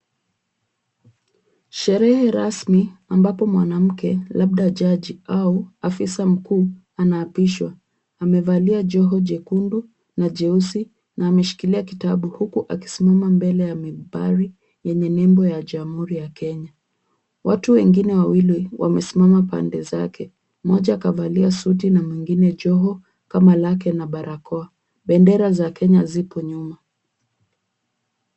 Sherehe rasmi ambapo mwanamke labda jaji au afisa mkuu anaapishwa. Amevalia joho jekundu na jeusi na ameshikilia kitabu huku akisimama mbele ya mibari yenye nembo ya Jamhuri ya Kenya. Watu wengine wawili wamesimama kando zake. Mmoja akavalia suti na mwingine joho kama lake na barakoa. Bendera za Kenya zipo nyuma.